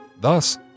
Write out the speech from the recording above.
Thus